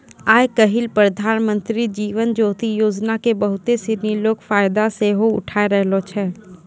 आइ काल्हि प्रधानमन्त्री जीवन ज्योति योजना के बहुते सिनी लोक फायदा सेहो उठाय रहलो छै